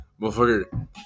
Motherfucker